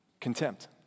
contempt